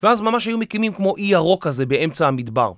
ואז ממש היו מקימים כמו אי ירוק הזה באמצע המדבר.